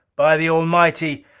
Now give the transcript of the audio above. by the almighty,